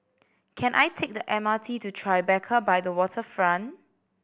can I take the M R T to Tribeca by the Waterfront